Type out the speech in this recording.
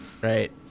right